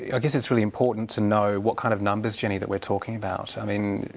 i guess it's really important to know what kind of numbers, jenny, that we're talking about. i mean,